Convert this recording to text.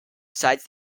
besides